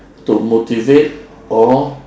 to motivate or